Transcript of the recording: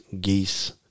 geese